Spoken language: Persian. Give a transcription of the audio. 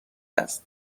است